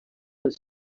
els